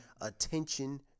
Attention